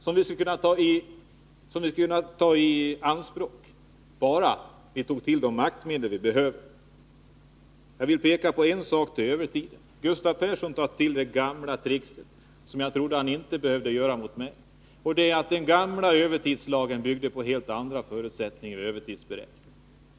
Dem skulle vi kunna ta i anspråk om vi tog till de maktmedel som vi behöver. Beträffande övertiden tog Gustav Persson till ett gammalt trick som jag trodde att han inte behövde använda mot mig. Den gamla övertidslagen byggde på helt andra förutsättningar för övertidsberäkningen.